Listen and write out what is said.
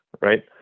right